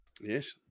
yes